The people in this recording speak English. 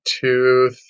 two